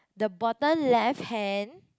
then bottom left hand